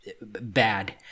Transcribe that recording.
bad